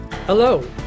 Hello